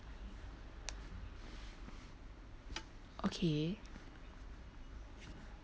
okay